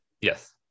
Yes